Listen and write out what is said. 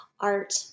art